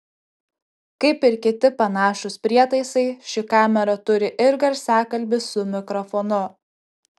kaip ir kiti panašūs prietaisai ši kamera turi ir garsiakalbį su mikrofonu